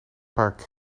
paar